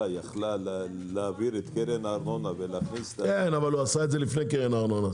יכלה להעביר את קרן הארנונה- -- אבל הוא עשה את זה לפני קרן הארנונה.